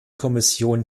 kommission